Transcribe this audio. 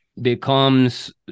becomes